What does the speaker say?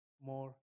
More